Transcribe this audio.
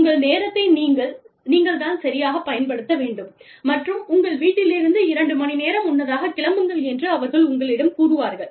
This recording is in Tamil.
உங்கள் நேரத்தை நீங்கள் தான் சரியாகப் பயன்படுத்த வேண்டும் மற்றும் நீங்கள் உங்கள் வீட்டிலிருந்து இரண்டு மணி நேரம் முன்னதாக கிளம்புங்கள் என்று அவர்கள் உங்களிடம் கூறுவார்கள்